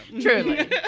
Truly